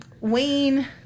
Wayne